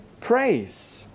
praise